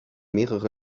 mehrere